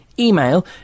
Email